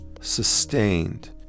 sustained